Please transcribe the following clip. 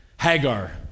Hagar